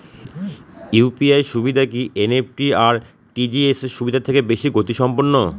UPI সুবিধা কি NEFT আর আর.টি.জি.এস সুবিধা থেকে বেশি গতিসম্পন্ন?